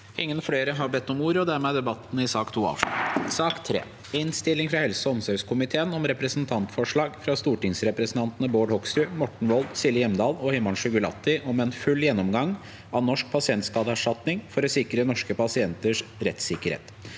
Votering i sak nr. 3, debattert 20. april 2023 Innstilling fra helse- og omsorgskomiteen om Representantforslag fra stortingsrepresentantene Bård Hoksrud, Morten Wold, Silje Hjemdal og Himanshu Gulati om en full gjennomgang av Norsk pasientskadeerstatning for å sikre norske pasienters rettssikkerhet